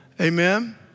Amen